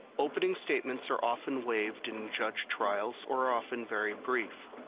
opening statements are often waived in judge trials, or often very brief.